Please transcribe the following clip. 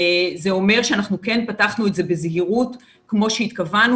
זה אומר שאנחנו כן פתחנו את זה בזהירות כמו שהתכוונו